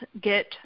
get